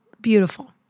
beautiful